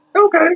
Okay